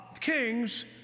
Kings